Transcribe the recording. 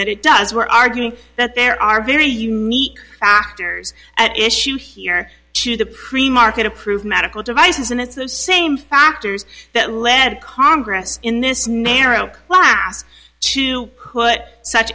that it does we're arguing that there are very unique factors at issue here to the pre market approve medical devices and it's the same factors that led congress in this narrow class to put such